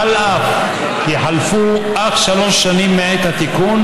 אף כי חלפו אך שלוש שנים מעת התיקון,